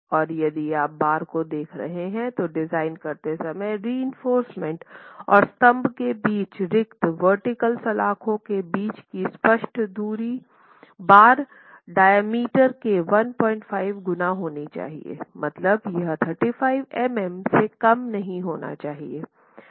और यदि आप बार को देख रहे हैं तो डिज़ाइन करते समय रिइंफोर्समेन्ट और स्तंभ के बीच रिक्त वर्टीकल सलाख़ों के बीच की स्पष्ट दूरी बार डाइमेटेर के 15 गुना होनी चाहिए मतलब यह 35 mm से कम नहीं होनी चाहिए